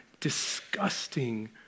disgusting